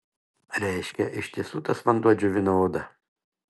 reiškia iš tiesų tas vanduo džiovina odą